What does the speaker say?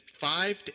five